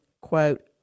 quote